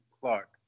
Clark